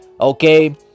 okay